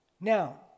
Now